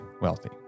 wealthy